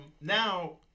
now